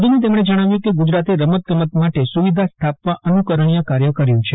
વધુમાં તેમણે જણાવ્યું કે ગુજરાતે રમતગમત માટે સુવિધા સ્થાપવા અનુકરણીય કાર્ય કર્યું છે